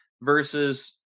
versus